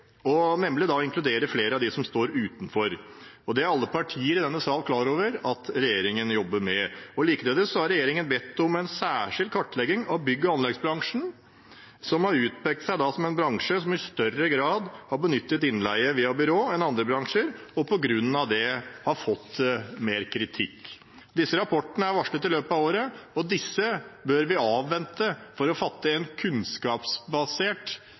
ønsker, nemlig å inkludere flere av dem som står utenfor. Det er alle partier i denne sal klar over at regjeringen jobber med. Likeledes har regjeringen bedt om en særskilt kartlegging av bygg- og anleggsbransjen, som har utpekt seg som en bransje som i større grad enn andre bransjer har benyttet innleie via byrå, og har på grunn av det fått mer kritikk. Disse rapportene er varslet i løpet av året, og disse bør vi avvente for å fatte